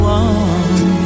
one